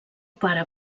pare